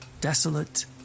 desolate